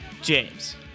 James